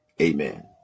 Amen